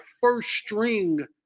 first-string